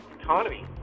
economy